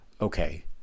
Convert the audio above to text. okay